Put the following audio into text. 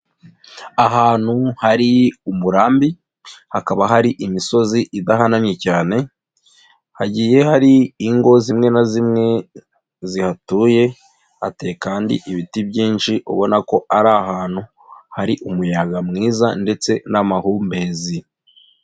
Ahantu hari umurambi, hakaba hari imisozi idahanamye cyane, hagiye hari ingo zimwe na zimwe zihatuye, hateye kandi ibiti byinshi ubona ko ari ahantu hari umuyaga mwiza ndetse n'amahumbezi.